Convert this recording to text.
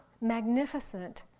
magnificent